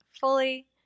fully